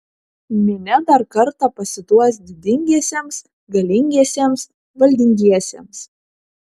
minia dar kartą pasiduos didingiesiems galingiesiems valdingiesiems